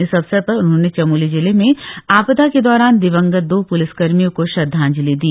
इस अवसर पर उन्होंने चमोली जिले में आपदा के दौरान दिवंगत दो प्लिसकर्मियों को श्रद्धांजलि दी